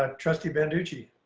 ah trustee banducci?